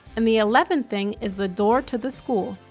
and the eleventh thing is the door to the school.